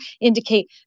indicate